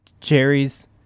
Cherries